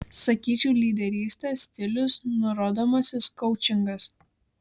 sakyčiau lyderystės stilius nurodomasis koučingas